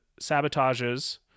sabotages